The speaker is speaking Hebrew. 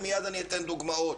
ומייד אני אתן דוגמאות.